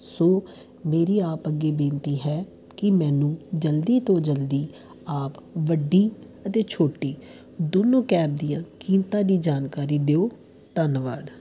ਸੋ ਮੇਰੀ ਆਪ ਅੱਗੇ ਬੇਨਤੀ ਹੈ ਕਿ ਮੈਨੂੰ ਜਲਦੀ ਤੋਂ ਜਲਦੀ ਆਪ ਵੱਡੀ ਅਤੇ ਛੋਟੀ ਦੋਨੋਂ ਕੈਬ ਦੀਆਂ ਕੀਮਤਾਂ ਦੀ ਜਾਣਕਾਰੀ ਦਿਓ ਧੰਨਵਾਦ